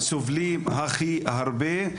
סובלים הכי הרבה,